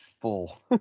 full